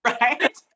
right